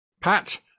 Pat